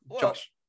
Josh